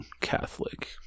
Catholic